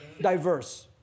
diverse